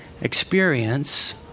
experience